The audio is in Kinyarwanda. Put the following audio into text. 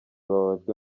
bababajwe